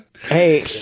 Hey